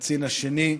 לקצין השני.